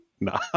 Nah